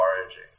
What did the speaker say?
foraging